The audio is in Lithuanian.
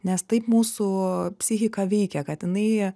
nes taip mūsų psichika veikia kad jinai